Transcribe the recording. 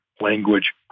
language